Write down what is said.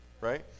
right